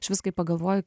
išvis kai pagalvoju